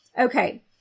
Okay